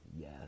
Yes